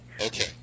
okay